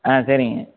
ஆ சரிங்க